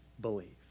believe